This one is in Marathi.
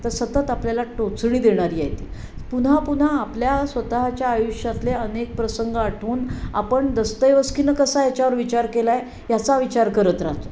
तर सतत आपल्याला टोचणी देणारी आहे ती पुन्हा पुन्हा आपल्या स्वतःच्या आयुष्यातले अनेक प्रसंग आठवून आपण दस्तैवस्कीनं कसा याच्यावर विचार केला आहे ह्याचा विचार करत राहतो